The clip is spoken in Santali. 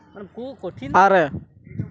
ᱟᱨᱮ